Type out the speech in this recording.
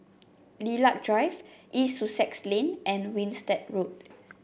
Lilac Drive East Sussex Lane and Winstedt Road